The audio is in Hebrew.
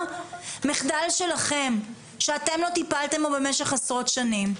מחדל שלכם שאתם לא טיפלתם בו במשך עשרות שנים.